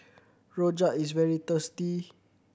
rojak is very tasty